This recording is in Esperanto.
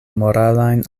moralajn